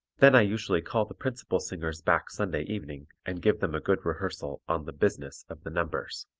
then i usually call the principal singers back sunday evening and give them a good rehearsal on the business of the numbers.